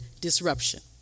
disruption